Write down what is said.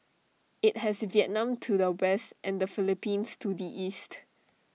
IT has Vietnam to the west and the Philippines to the east